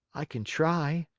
i can try.